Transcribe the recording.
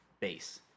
base